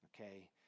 Okay